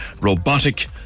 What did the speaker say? Robotic